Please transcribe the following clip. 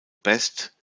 best